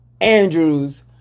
Andrews